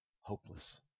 Hopeless